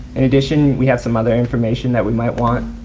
in addition, we have some other information that we might want.